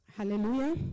Hallelujah